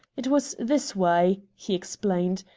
it was this way, he explained.